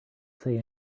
say